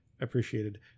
appreciated